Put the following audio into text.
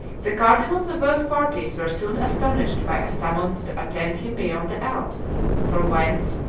the cardinals of both parties were soon astonished by a summons to attend him beyond the alps from whence,